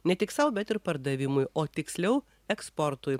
ne tik sau bet ir pardavimui o tiksliau eksportui